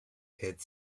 had